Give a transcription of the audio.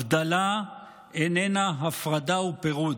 הבדלה איננה הפרדה ופירוד.